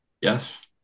Yes